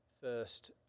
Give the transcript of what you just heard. first